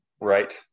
Right